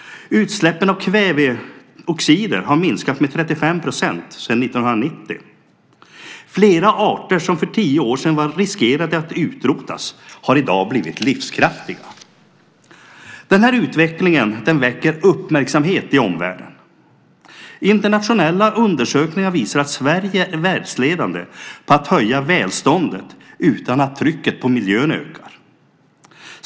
Utsläppen av kväveoxider har minskat med 35 % sedan 1990. Flera arter som för tio år sedan riskerade att utrotas är i dag livskraftiga. Den här utvecklingen väcker uppmärksamhet i omvärlden. Internationella undersökningar visar att Sverige är världsledande på att höja välståndet utan att trycket på miljön ökar.